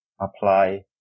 Apply